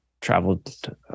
Traveled